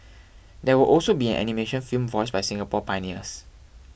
there will also be an animation film voiced by Singapore pioneers